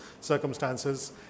circumstances